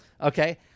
okay